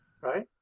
Right